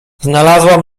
znalazłam